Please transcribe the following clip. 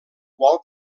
qual